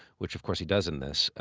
which, of course, he does in this,